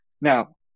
Now